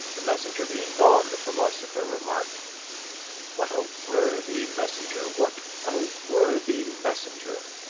the messenger being gone, the philosopher remarked what a worthy messenger! what a worthy messenger!